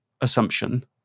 assumption